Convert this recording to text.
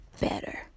better